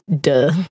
duh